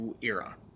era